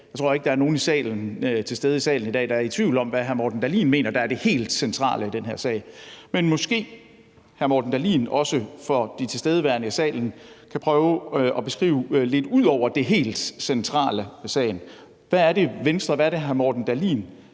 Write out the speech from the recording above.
Jeg tror ikke, der er nogen til stede i salen i dag, der er i tvivl om, hvad hr. Morten Dahlin mener er det helt centrale i den her sag. Men måske hr. Morten Dahlin for de tilstedeværende i salen også kan prøve at beskrive – ud over det helt centrale i sagen – hvad Venstre og hvad hr. Morten Dahlin